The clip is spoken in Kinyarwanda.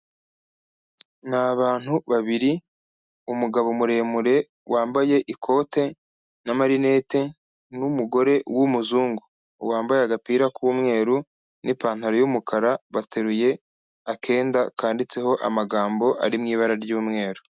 Ni abantu babiri umugabo muremure wambaye ikote n'amarinete n'umugore w'umuzungu, wambaye agapira k'umweru n'ipantaro y'umukara bateruye akenda kanditseho amagambo ari mu ibara ry'umweru.